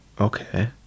Okay